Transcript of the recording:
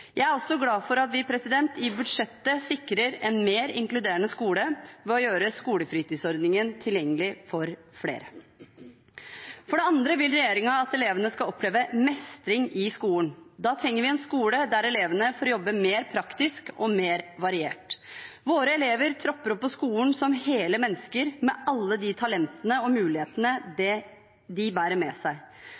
Jeg er også glad for at vi i budsjettet sikrer en mer inkluderende skole, ved å gjøre skolefritidsordningen tilgjengelig for flere. For det andre vil regjeringen at elevene skal oppleve mestring i skolen. Da trenger vi en skole der elevene får jobbe mer praktisk og mer variert. Våre elever tropper opp på skolen som hele mennesker, med alle de talentene og mulighetene de bærer med seg.